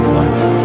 life